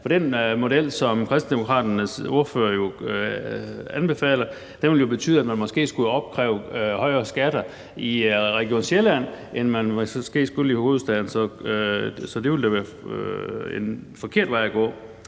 er. Den model, som Kristendemokraternes ordfører anbefaler, ville jo betyde, at man måske skulle opkræve højere skatter i Region Sjælland, end man måske skulle i hovedstaden. Så det ville da være en forkert vej at gå.